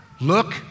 Look